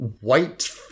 white